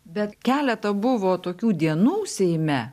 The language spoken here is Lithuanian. bet keletą buvo tokių dienų seime